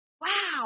Wow